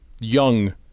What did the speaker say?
young